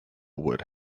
would